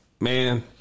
man